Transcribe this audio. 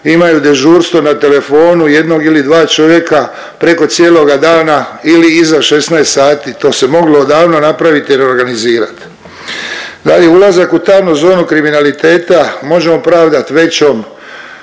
imaju dežurstvo na telefonu jednog ili dva čovjeka preko cijeloga dana ili iza 16,00 sati, to se moglo davno napraviti i reorganizirat. Dalje, ulazak u tamnu zonu kriminaliteta možemo pravdat većom